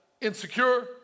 insecure